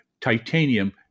Titanium